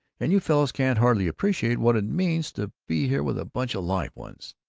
and you fellows can't hardly appreciate what it means to be here with a bunch of live ones!